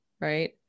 right